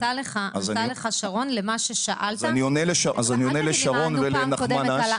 ענתה לך שרון למה ששאלת --- אז אני עונה לשרון ולנחמן אש.